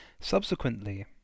Subsequently